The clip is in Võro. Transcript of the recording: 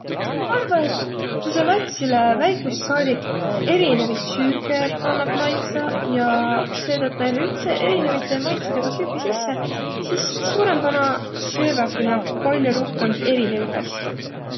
Ma arva, et ku sa latsilõ väikust saadik erinevit süüke annat maitsaq ja söödät näile üldse erinevide maitsidõga süüke sisse, sis suurõmbana sööväki nä pall'o rohkõmb erinevit asjo.